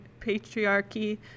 patriarchy